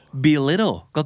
Belittle